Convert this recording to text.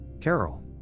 Carol